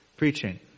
Preaching